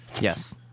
yes